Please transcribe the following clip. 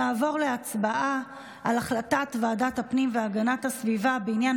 נעבור להצבעה על החלטת ועדת הפנים והגנת הסביבה בעניין